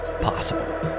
possible